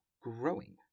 growing